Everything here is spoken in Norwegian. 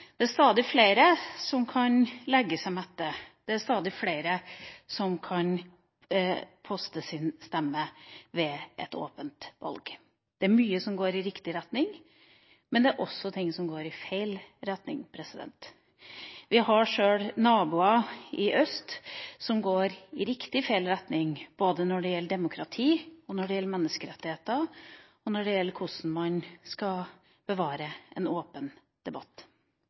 Det er stadig flere som kan legge seg mette. Det er stadig flere som kan avgi sin stemme ved et åpent valg. Det er mye som går i riktig retning, men det er også ting som går i feil retning. Vi har sjøl naboer i øst som går i riktig feil retning, når det gjelder demokrati, menneskerettigheter og hvordan man skal bevare en åpen debatt.